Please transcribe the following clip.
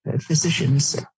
physicians